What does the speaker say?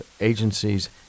agencies